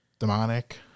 Demonic